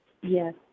Yes